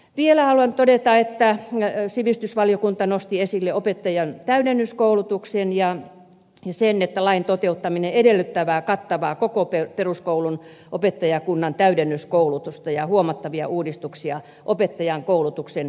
vielä haluan todeta että sivistysvaliokunta nosti esille opettajan täydennyskoulutuksen ja sen että lain toteuttaminen edellyttää kattavaa koko peruskoulun opettajakunnan täydennyskoulutusta ja huomattavia uudistuksia opettajan koulutuksen sisällöissä